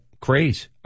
craze